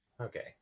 Okay